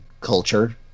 culture